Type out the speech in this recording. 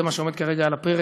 זה מה שעומד כרגע על הפרק.